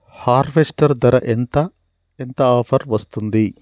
Harvester ధర ఎంత ఎంత ఆఫర్ వస్తుంది?